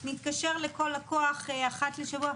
נתקשר לכל לקוח אחת לשבוע.